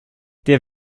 der